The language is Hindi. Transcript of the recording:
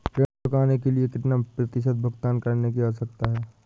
ऋण चुकाने के लिए कितना प्रतिशत भुगतान करने की आवश्यकता है?